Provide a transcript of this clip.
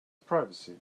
privacy